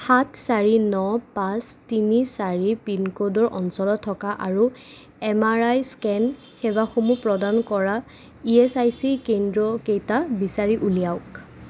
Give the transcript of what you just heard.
সাত চাৰি ন পাঁচ তিনি চাৰি পিনক'ডৰ অঞ্চলত থকা আৰু এম আৰ আই স্কেন সেৱাসমূহ প্ৰদান কৰা ই এচ আই চি কেন্দ্ৰকেইটা বিচাৰি উলিয়াওক